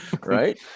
Right